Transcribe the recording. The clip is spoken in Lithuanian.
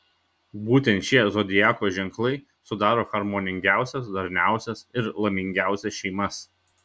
būtent šie zodiako ženklai sudaro harmoningiausias darniausias ir laimingiausias šeimas